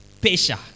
Pesha